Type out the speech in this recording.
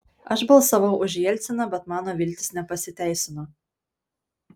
aš balsavau už jelciną bet mano viltys nepasiteisino